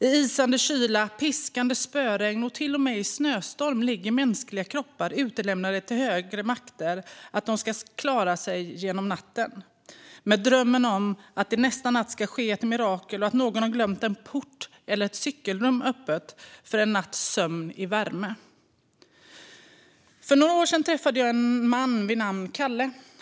I isande kyla, piskande spöregn och till och med i snöstorm ligger mänskliga kroppar utlämnade till högre makter som avgör om de ska klara sig genom natten. Deras dröm är att det nästa natt ska ske ett mirakel, såsom att någon glömt en port eller ett cykelrum öppet, så att de får en natts sömn i värme. För några år sedan träffade jag en man vid namn Kalle.